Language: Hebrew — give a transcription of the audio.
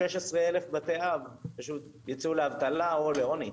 16,000 בתי אב פשוט ייצאו לאבטלה או לעוני.